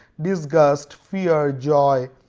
disgust, fear, joy,